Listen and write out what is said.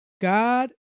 God